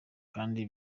kandi